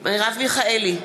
מרב מיכאלי,